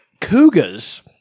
Cougars